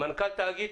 מנכ"ל תאגיד